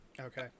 okay